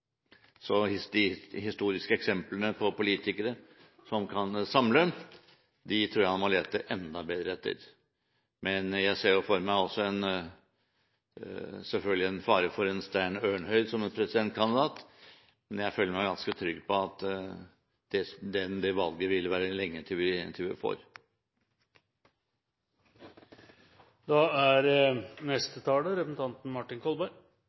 Så historiske eksempler på politikere som kan samle, tror jeg han må lete enda bedre etter. Jeg ser selvfølgelig en fare for en Stein Ørnhøi som presidentkandidat, men jeg føler meg ganske trygg på at det valget vil det være lenge til vi får. Jeg tar ordet for å gi uttrykk for at jeg – sammen med representanten